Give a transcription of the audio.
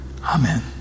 Amen